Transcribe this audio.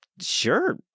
Sure